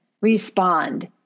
respond